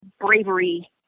bravery